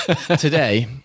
Today